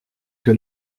que